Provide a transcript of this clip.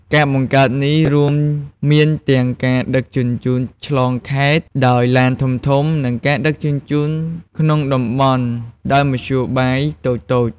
ការបង្កើតនេះ រួមមានទាំងការដឹកជញ្ជូនឆ្លងខេត្តដោយឡានធំៗ និងការដឹកជញ្ជូនក្នុងតំបន់ដោយមធ្យោបាយតូចៗ។